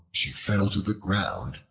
she fell to the ground,